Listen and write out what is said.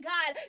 God